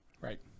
right